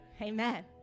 Amen